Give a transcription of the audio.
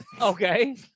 Okay